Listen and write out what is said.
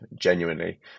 genuinely